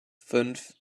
fünf